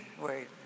Wait